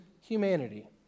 humanity